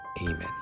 Amen